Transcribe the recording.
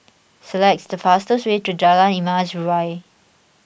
select the fastest way to Jalan Emas Urai